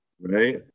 right